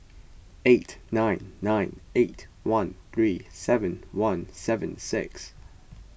eight nine nine eight one three seven one seven six